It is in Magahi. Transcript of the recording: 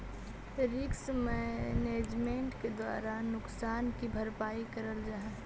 रिस्क मैनेजमेंट के द्वारा नुकसान की भरपाई करल जा हई